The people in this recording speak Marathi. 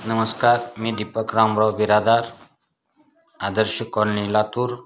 नमस्कार मी दीपक रामराव बिरादार आदर्श कॉलनी लातूर